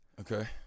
Okay